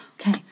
okay